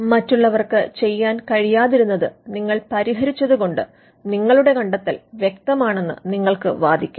മറ്റുള്ളവർക്ക് ചെയ്യാൻ കഴിയാതിരുന്നത് നിങ്ങൾ പരിഹരിച്ചത് കൊണ്ട് നിങ്ങളുടെ കണ്ടെത്തൽ വ്യക്തമാണെന്ന് നിങ്ങൾക്ക് വാദിക്കാം